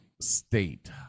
state